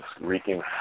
wreaking